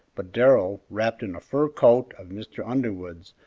but darrell, wrapped in a fur coat of mr. underwood's,